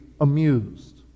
amused